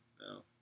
no